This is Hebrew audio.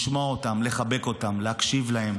לשמוע אותם, לחבק אותם, להקשיב להם,